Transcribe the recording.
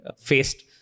faced